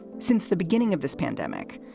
since the beginning of this pandemic,